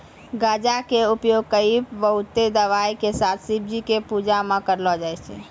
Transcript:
गांजा कॅ उपयोग कई बहुते दवाय के साथ शिवजी के पूजा मॅ भी करलो जाय छै